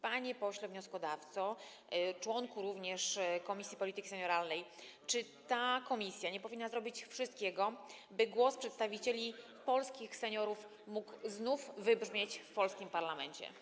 Panie pośle wnioskodawco, członku również Komisji Polityki Senioralnej: Czy ta komisja nie powinna zrobić wszystkiego, by głos przedstawicieli polskich seniorów mógł znów wybrzmieć w polskim parlamencie?